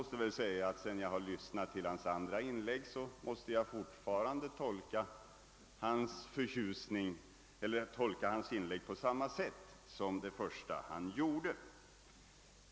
Sedan jag nu lyssnat till hans andra inlägg måste jag framhärda i den tolkningen.